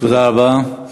תודה רבה.